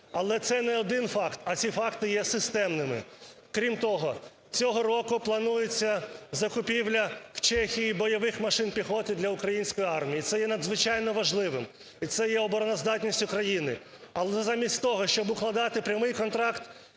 Але це не один факт, а ці факти є системними. Крім того, цього року планується закупівля в Чехії бойових машин піхоти для української армії, і це є надзвичайно важливим, і це є обороноздатність України. Але замість того, щоб укладати прямий контракт,